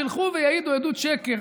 שילכו ויעידו עדות שקר